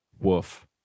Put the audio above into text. Woof